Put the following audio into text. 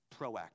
proactive